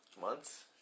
months